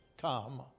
come